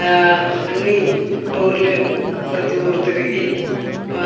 ఆ అన్నీ టూర్లు ప్రతీ ఊరు తిరిగి ఆ